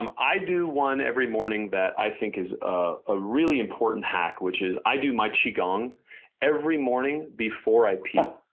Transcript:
um i do one every morning that i think is a ah really important hack, which i do my qigong every morning before i pee.